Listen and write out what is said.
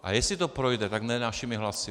A jestli to projde, tak ne našimi hlasy.